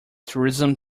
tourism